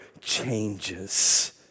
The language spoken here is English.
changes